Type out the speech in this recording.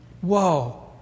Whoa